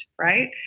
right